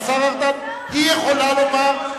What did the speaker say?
השר ארדן, היא יכולה לומר,